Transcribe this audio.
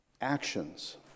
Actions